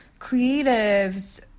creatives